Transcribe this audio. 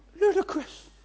ludicrous